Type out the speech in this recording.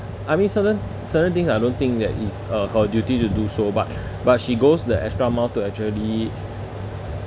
I mean certain certain things I don't think that it's uh her duty to do so but but she goes the extra mile to actually